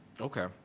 Okay